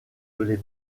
les